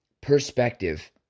perspective